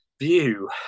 view